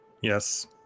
Yes